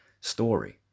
story